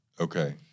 Okay